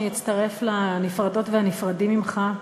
אני אצטרף לנפרדות ולנפרדים ממך,